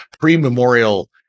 pre-memorial